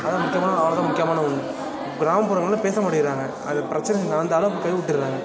அதுதான் முக்கியமாக அவ்வளோ தான் முக்கியமான ஒன்று கிராமப்புறங்கள்ல பேச மாட்டேங்கிறாங்கள் அது பிரச்சனை நடந்தாலும் அப்படே கை விட்டுறாங்க